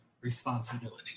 responsibility